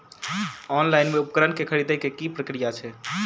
Online मे उपकरण केँ खरीदय केँ की प्रक्रिया छै?